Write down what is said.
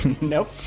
Nope